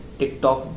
tiktok